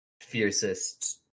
fiercest